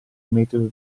metodo